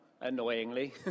annoyingly